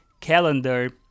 calendar